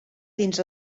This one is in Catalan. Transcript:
dins